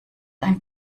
ein